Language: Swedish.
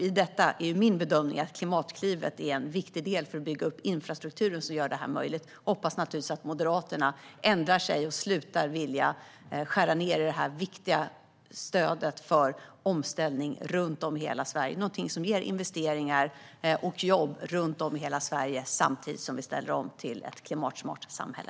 I detta är enligt min bedömning Klimatklivet en viktig del för att bygga upp den infrastruktur som gör det möjligt, och jag hoppas naturligtvis att Moderaterna ändrar sig och slutar vilja skära ned på detta viktiga stöd för omställning. Det är någonting som ger investeringar och jobb runt om i hela Sverige, samtidigt som vi ställer om till ett klimatsmart samhälle.